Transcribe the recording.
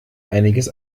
einiges